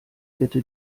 bitte